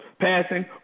passing